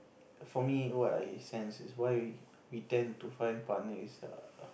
for me what I sense is why we tend to find partner is err